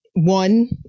one